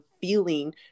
feeling